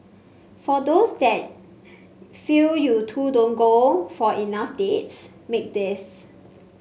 for those that feel you two don't go for enough dates make this